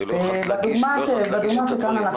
הרי לא יכלת להגיש את הדברים.